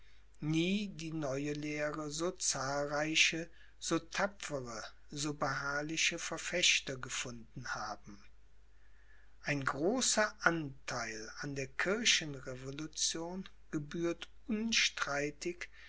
die neue lehre so zahlreiche so tapfere so beharrliche verfechter gefunden haben ein großer antheil an der kirchenrevolution gebührt unstreitig